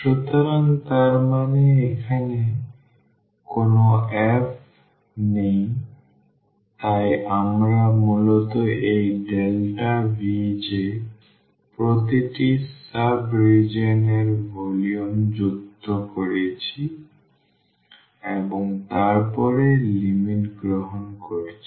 সুতরাং তার মানে এখানে কোনও f নেই তাই আমরা মূলত এই Vj প্রতিটি সাব রিজিওন এর ভলিউম যুক্ত করছি এবং তারপরে লিমিট গ্রহণ করছি